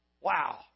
Wow